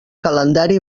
calendari